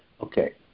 Okay